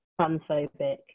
transphobic